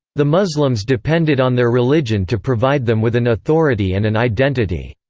the muslims depended on their religion to provide them with an authority and an identity.